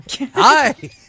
Hi